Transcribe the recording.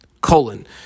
Colon